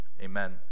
Amen